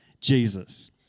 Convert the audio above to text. Jesus